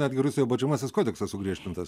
netgi rusijoj baudžiamasis kodeksas sugriežtintas